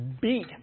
beat